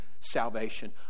salvation